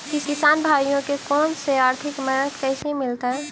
किसान भाइयोके कोन से आर्थिक मदत कैसे मीलतय?